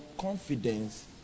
confidence